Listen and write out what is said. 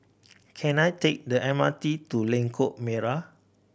can I take the M R T to Lengkok Merak